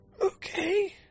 Okay